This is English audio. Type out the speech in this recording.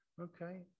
okay